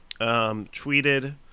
tweeted